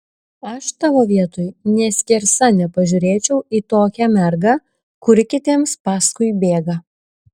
aš tavo vietoj nė skersa nepažiūrėčiau į tokią mergą kuri kitiems paskui bėga